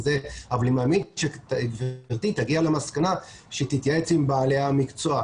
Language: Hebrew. אבל אני מאמין שאם גברתי תתייעץ עם בעלי המקצוע,